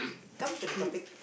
come to the topic